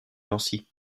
nancy